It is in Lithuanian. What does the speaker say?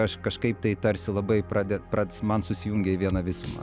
aš kažkaip tai tarsi labai prade prads man susijungia į vieną visumą